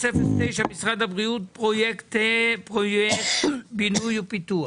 67009, משרד הבריאות, פרויקטי בינוי ופיתוח.